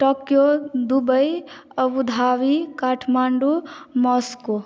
Tokyo Dubai Abu Dhabi Kathmandu Moscow